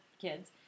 kids